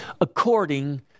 according